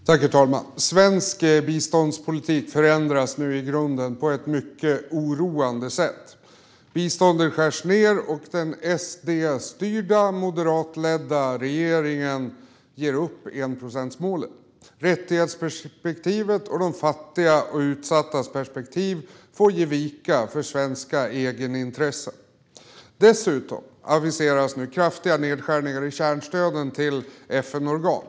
Herr talman! Svensk biståndspolitik förändras nu i grunden på ett mycket oroande sätt. Biståndet skärs ned, och den SD-styrda moderatledda regeringen ger upp enprocentsmålet. Rättighetsperspektivet och de fattigas och utsattas perspektiv får ge vika för svenska egenintressen. Dessutom aviseras nu kraftiga nedskärningar i kärnstödet till FN-organ.